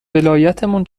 ولایتمون